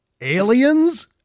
aliens